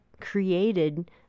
created